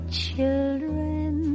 Children